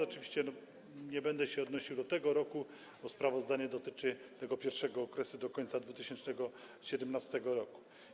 Oczywiście nie będę się odnosił do tego roku, bo sprawozdanie dotyczy tego pierwszego okresu do końca 2017 r.